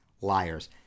liars